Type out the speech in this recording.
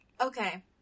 Okay